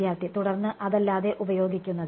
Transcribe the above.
വിദ്യാർത്ഥി തുടർന്ന് അതല്ലാതെ ഉപയോഗിക്കുന്നത്